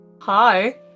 Hi